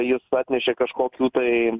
jis atnešė kažkokių tai